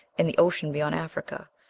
in the ocean beyond africa,